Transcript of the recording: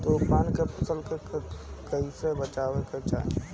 तुफान से फसल के कइसे बचावे के चाहीं?